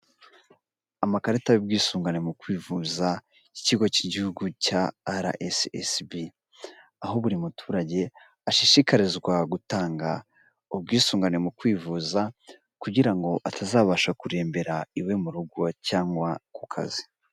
Amakarita y'ubwisungane mu kwivuza, ikigo cy'igihugu cya araesesibi, aho buri muturage ashishikarizwa gutanga ubwisungane mu kwivuza kugira ngo atazabasha kurebera iwe mu rugo cyangwa ku kazi.